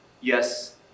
Yes